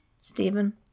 Stephen